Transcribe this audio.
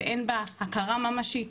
ואין בה הכרה ממשית.